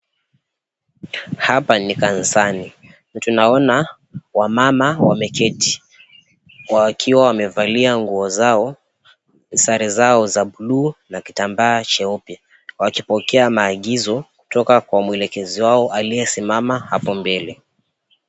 Hapa ni kanisani. Tunaona wamama wameketi. Wakiwa wamevalia nguo zao .Sare zao za(cs) bluu(cs) na kitambaa cheupe. Wakipokea maagizo kutoka kwa mwelekezi wao hapo mbele.